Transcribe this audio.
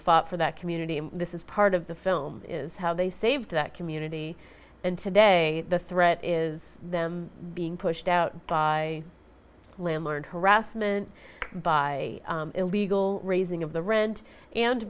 fought for that community and this is part of the film is how they saved that community and today the threat is them being pushed out by landlord harassment by illegal raising of the rent and